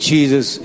Jesus